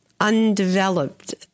undeveloped